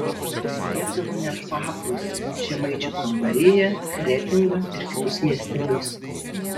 pasiekdavo net paprūsę žemaičių kalvariją kretingą ir kitus miestelius